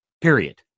Period